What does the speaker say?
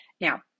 Now